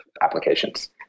applications